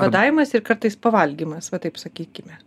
badavimas ir kartais pavalgymas va taip sakykime